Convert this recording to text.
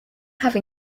have